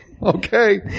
Okay